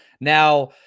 Now